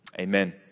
Amen